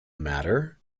matter